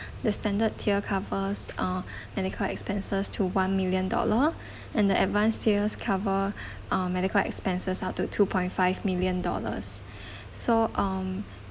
the standard tier covers uh medical expenses to one million dollar and the advanced tier cover uh medical expenses up to two point five million dollars so um